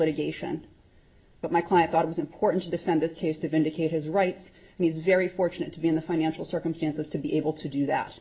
litigation but my client thought was important to defend this case to vindicate his rights and he's very fortunate to be in the financial circumstances to be able to do that